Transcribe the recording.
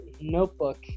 notebook